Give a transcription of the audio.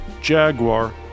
Jaguar